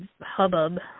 hubbub